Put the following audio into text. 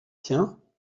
tiens